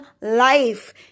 life